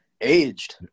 aged